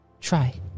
try